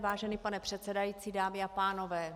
Vážený pane předsedající, dámy a pánové.